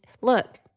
look